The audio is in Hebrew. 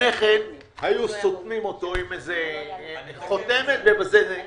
לפני כן היו סותמים אותו עם חותמת, ובזה זה נגמר.